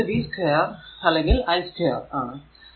ഇത് v2 2 അല്ലെങ്കിൽ i2 2 ആണ്